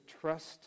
trust